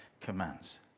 commands